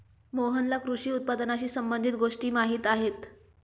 मोहनला कृषी उत्पादनाशी संबंधित गोष्टी माहीत आहेत